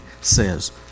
says